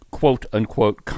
quote-unquote